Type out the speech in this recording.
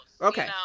Okay